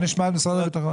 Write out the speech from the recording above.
בוא נשמע את משרד הביטחון.